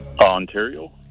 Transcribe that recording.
Ontario